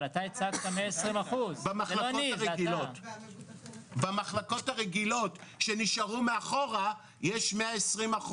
אבל אתה הצגת 120%. במחלקות הרגילות שנשארו מאחור יש 120%,